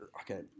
okay